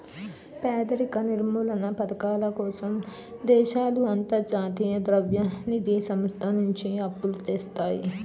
పేదరిక నిర్మూలనా పధకాల కోసం దేశాలు అంతర్జాతీయ ద్రవ్య నిధి సంస్థ నుంచి అప్పులు తెస్తాయి